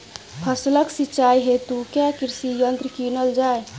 फसलक सिंचाई हेतु केँ कृषि यंत्र कीनल जाए?